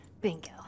Bingo